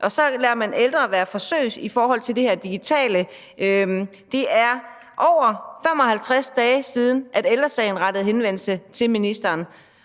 og så lader man ældre være med i et forsøg i forhold til det her med det digitale. Det er over 55 dage siden, at Ældre Sagen rettede henvendelse til ministeren,